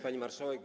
Pani Marszałek!